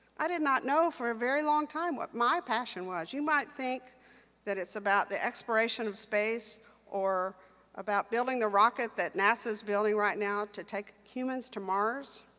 i did not know for a very long time what my passion was. you might think that it's about the exploration of space or about building a rocket that nasa's building right now to take humans to mars.